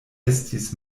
estis